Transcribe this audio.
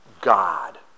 God